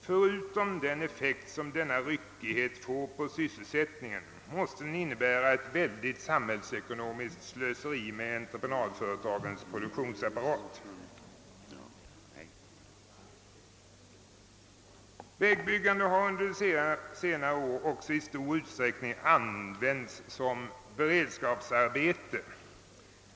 Förutom den effekt som denna ryckighet får på sysselsättningen måste den innebära ett väldigt samhällsekonomiskt slöseri med entreprenadföretagens produktionsapparat. Vägbyggandet har under senare år också i stor utsträckning använts som beredskapsarbete.